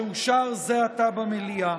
שאושר זה עתה במליאה.